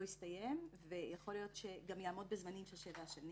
הסתיים ויכול להיות שגם יעמוד בזמנים של שבע השנים